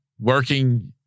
working